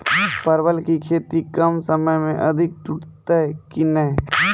परवल की खेती कम समय मे अधिक टूटते की ने?